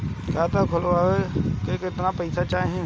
खाता खोलबे ला कितना पैसा चाही?